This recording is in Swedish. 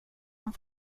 han